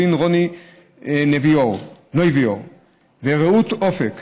לעו"ד רוני נויבואר ורעות אופק